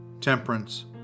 temperance